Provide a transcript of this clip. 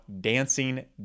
Dancing